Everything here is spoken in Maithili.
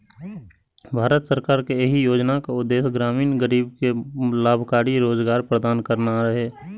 भारत सरकार के एहि योजनाक उद्देश्य ग्रामीण गरीब कें लाभकारी रोजगार प्रदान करना रहै